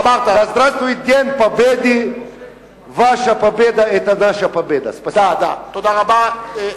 (אומר דברים בשפה הרוסית.) תודה רבה.